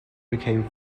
became